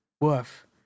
Woof